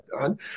done